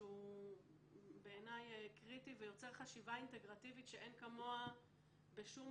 שהוא בעיניי קריטי ויוצר חשיבה אינטגרטיבית שאין כמוה בשום